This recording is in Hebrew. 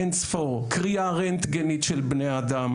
אין ספור, קריאה רנטגנית של בני אדם